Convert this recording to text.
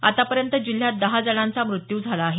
आतापर्यँत जिल्ह्यात दहा जणांचा मृत्यू झाला आहे